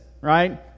right